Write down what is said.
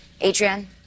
Adrian